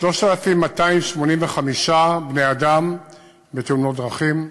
3,285 בני-אדם בתאונות דרכים.